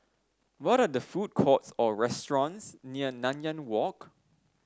what the food courts or restaurants near Nanyang Walk